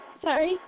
Sorry